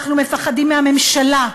אנחנו מפחדים מהממשלה,